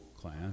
class